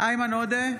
איימן עודה,